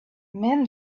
men